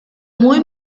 muy